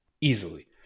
Easily